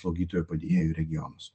slaugytojų padėjėjų į regionus